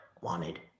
wanted